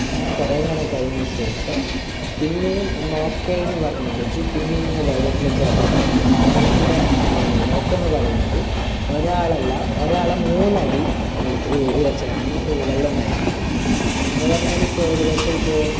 അങ്ങനെ കുറെ നേരം കഴിഞ്ഞതിന് ശേഷം പിന്നെയും ഒന്ന് ഓക്കെ എന്ന് പറഞ്ഞിരുന്നിട്ട് പിന്നെയും ഞങ്ങൾ വെള്ളത്തിലേക്ക് ഇറങ്ങുമ്പളേക്ക് ആ വെള്ളത്തിൻ്റെ ഒരു ഏറ്റം എന്ന് പറയുന്നത് ഒരാളല്ല ഒരാളെ മൂന്നടി വെള്ളത്ത് ഉയർച്ചേലാണ് വെള്ളം ഉണ്ടായിരുന്നത് അങ്ങനെ പറഞ്ഞാലിപ്പം ഏകദേശം ഇപ്പോൾ